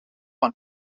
van